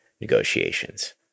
negotiations